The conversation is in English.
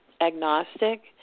agnostic